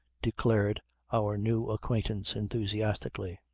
declared our new acquaintance enthusiastically.